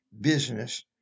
business